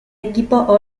equipo